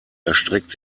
erstreckt